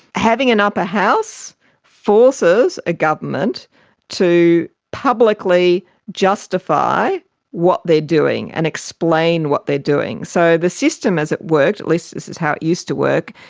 having an upper house forces a government to publicly justify what they're doing and explain what they're doing. so the system as it worked, at least this is how it used to work,